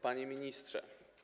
Panie Ministrze!